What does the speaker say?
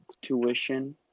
tuition